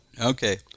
Okay